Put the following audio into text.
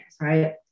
right